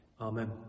Amen